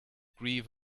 grieve